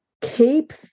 keep